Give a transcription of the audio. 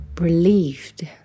relieved